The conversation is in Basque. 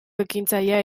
ekintzailea